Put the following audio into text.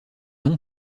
non